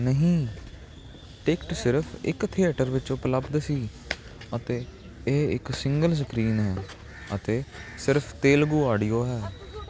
ਨਹੀਂ ਟਿਕਟ ਸਿਰਫ਼ ਇੱਕ ਥੀਏਟਰ ਵਿੱਚ ਉਪਲਬਧ ਸੀ ਅਤੇ ਇਹ ਇੱਕ ਸਿੰਗਲ ਸਕਰੀਨ ਹੈ ਅਤੇ ਸਿਰਫ ਤੇਲਗੂ ਆਡੀਓ ਹੈ